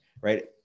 right